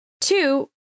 Two